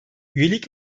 üyelik